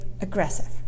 aggressive